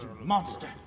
monster